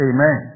Amen